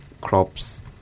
crops